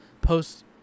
post